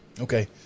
Okay